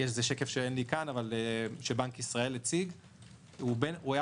זה שקף שבנק ישראל הציג ואין לי אותו כאן,